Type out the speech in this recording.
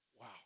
Wow